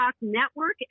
Network